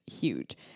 huge